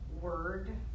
word